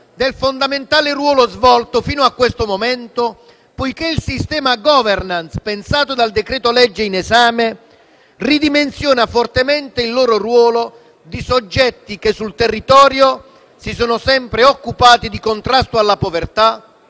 del fondamentale ruolo svolto fino a questo momento, poiché il sistema di *governance* pensato dal decreto-legge in esame ridimensiona fortemente il loro ruolo di soggetti che sul territorio si sono sempre occupati di contrasto alla povertà,